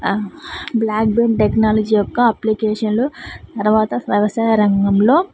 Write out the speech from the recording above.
black bean technology యొక్క అప్లికేషన్లు తరవాత వ్యవసాయ రంగంలో